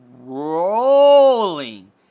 rolling